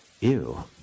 ew